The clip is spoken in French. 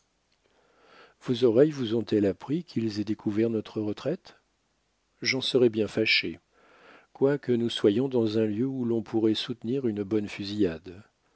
vos oreilles vous ont-elles appris qu'ils aient découvert notre retraite j'en serais bien fâché quoique nous soyons dans un lieu où l'on pourrait soutenir une bonne fusillade